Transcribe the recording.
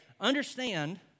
understand